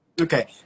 okay